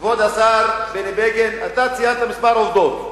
כבוד השר בני בגין, אתה ציינת כמה עובדות,